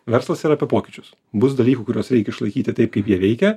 verslas yra apie pokyčius bus dalykų kuriuos reik išlaikyti taip kaip jie veikia